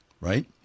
right